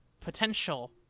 potential